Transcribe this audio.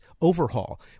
overhaul